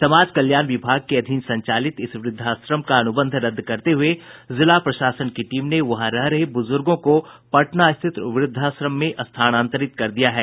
समाज कल्याण विभाग के अधीन संचालित इस वृद्धाश्रम का अनुबंध रद्द करते हुए जिला प्रशासन की टीम ने वहां रह रहे बुजुर्गों को पटना स्थित व्रद्वाश्रम में स्थनांतरित कर दिया है